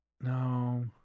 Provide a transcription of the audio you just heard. No